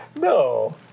No